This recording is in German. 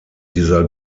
dieser